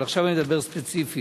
אבל עכשיו אני מדבר ספציפית.